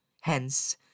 Hence